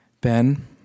Ben